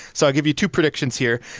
so i'll give you two predictions here.